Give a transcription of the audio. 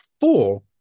four